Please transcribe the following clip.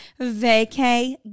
vacay